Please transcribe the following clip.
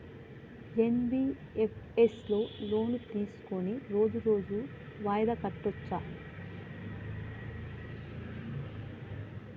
NBFS లో loan తీస్కొని రోజు రోజు వాయిదా కట్టచ్ఛా?